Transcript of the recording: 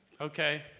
Okay